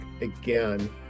again